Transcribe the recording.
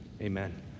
Amen